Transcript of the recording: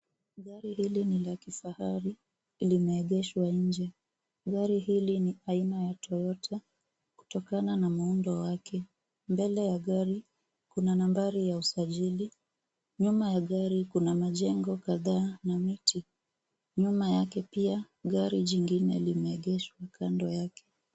Gari hili ni la kifahari. Limeegeshwa nje. Gari hili ni la aina ya Toyota kutokana na muundo wake. Mbele ya gari, kuna nambari ya usajili. Nyuma ya gari kuna majengo kadhaa na miti. Nyuma yake pia, gari jingine limeegeshwa kando yake.